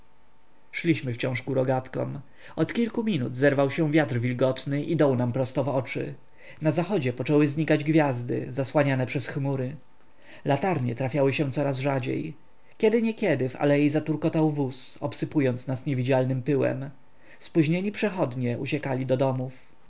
szliśmy wciąż ku rogatkom od kilku minut zerwał się wiatr wilgotny i dął nam prosto w oczy na zachodzie poczęły znikać gwiazdy zasłaniane przez chmury latarnie trafiały się coraz rzadziej kiedyniekiedy w alei zaturkotał wóz obsypując nas niewidzialnym pyłem spóźnieni przechodnie uciekali do domów